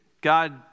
God